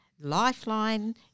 Lifeline